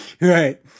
right